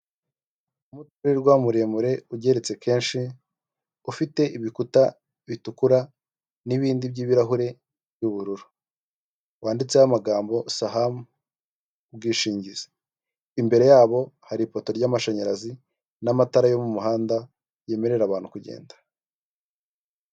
Umuturirwa muremure ugeretse kenshi ufite ibikuta bitukura n’ibindi by’ibirahure by’ubururu. Wanditseho amagambo Saham ubwishingizi, imbere yabo hari ipoto ry’amashanyarazi n’amatara yo mu muhanda yemerera abantu kugenda.